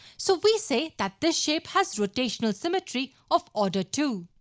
so we say that this shape has rotational symmetry of order two.